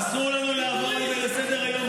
ואסור לנו לעבור על זה לסדר-היום.